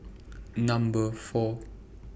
Number four